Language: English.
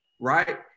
right